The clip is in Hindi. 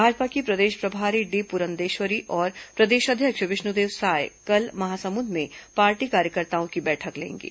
भाजपा की प्रदेश प्रभारी डी पुरंदेश्वरी और प्रदेश अध्यक्ष विष्णुदेव साय कल महासमुंद में पार्टी कार्यकर्ताओं की बैठक लेंगे